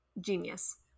genius